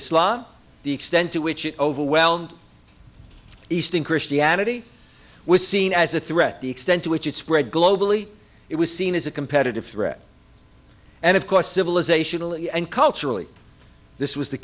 islam the extent to which it overwhelmed eastern christianity was seen as a threat the extent to which it spread globally it was seen as a competitive threat and of course civilizational and culturally this was the